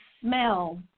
smell